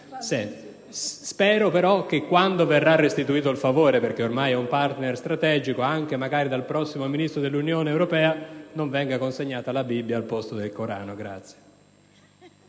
Spero, però, che quando verrà restituito il favore - perché ormai costui è un partner strategico - anche magari dal prossimo Ministro dell'Unione europea non venga consegnata la Bibbia al posto del Corano. **Sui